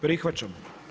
Prihvaćamo.